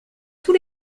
tous